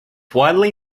widely